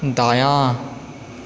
दायाँ